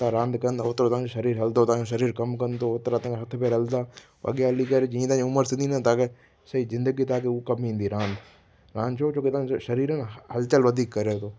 तां रांदि कंदा ओतिरो तव्हांजो शरीर हलदो तव्हांजो शरीर कम कंदो ओतिरा तव्हांजा हथ पैर हलंदा अॻियां हली करे जीअं तव्हांजी उमिरि थींदी न तव्हांखे सॼी जिन्दगी हू तव्हांखे कम ईंदी रांदि रांदि जो छो जो तव्हांजो शरीर आहे न हल चल वधीक करे थो